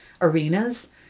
arenas